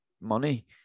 money